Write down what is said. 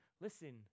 listen